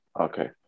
Okay